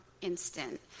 instant